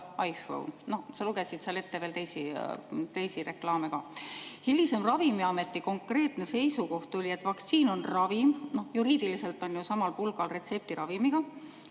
iPhone. No sa lugesid ette veel teisi reklaame ka. Hilisem Ravimiameti konkreetne seisukoht oli, et vaktsiin on ravim – juriidiliselt on see ju samal pulgal retseptiravimiga